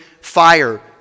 fire